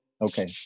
Okay